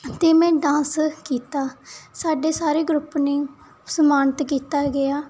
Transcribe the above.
ਅਤੇ ਮੈਂ ਡਾਂਸ ਕੀਤਾ ਸਾਡੇ ਸਾਰੇ ਗਰੁੱਪ ਨੂੰ ਸਮਾਨਿਤ ਕੀਤਾ ਗਿਆ